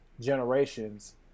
generations